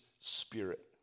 spirit